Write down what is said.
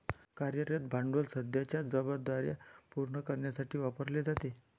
कार्यरत भांडवल सध्याच्या जबाबदार्या पूर्ण करण्यासाठी वापरले जाते